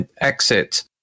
exit